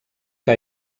que